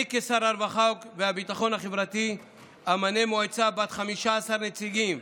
אני כשר הרווחה והביטחון החברתי אמנה מועצה בת 15 נציגים